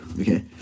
okay